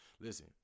Listen